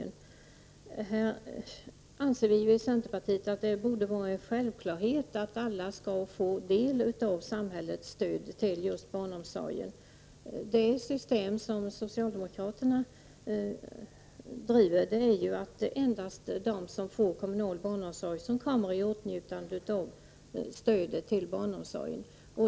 Inom centerpartiet anser vi att det borde vara en självklarhet att alla skall få del av samhällsstödet till barnomsorgen. Det system som socialdemokraterna driver är ju att det endast är de som får kommunal barnomsorg som kommer i åtnjutande av stödet till barnomsorgen.